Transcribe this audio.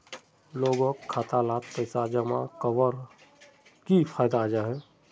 लोगोक खाता डात पैसा जमा कवर की फायदा जाहा?